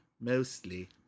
Mostly